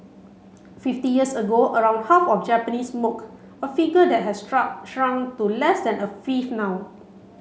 fifty years ago around half of Japanese smoked a figure that has struck shrunk to less than a fifth now